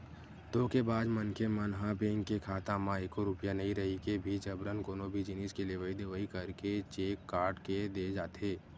धोखेबाज मनखे मन ह बेंक के खाता म एको रूपिया नइ रहिके भी जबरन कोनो भी जिनिस के लेवई देवई करके चेक काट के दे जाथे